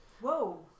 Whoa